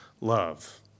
love